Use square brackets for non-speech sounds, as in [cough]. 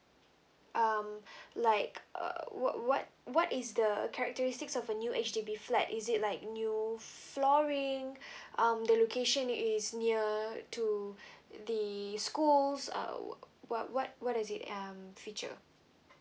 um [breath] like uh what what what is the characteristics of a new H_D_B flat is it like new flooring [breath] um the location is near to [breath] the schools uh what what what is the um feature